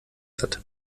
satt